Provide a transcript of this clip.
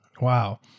Wow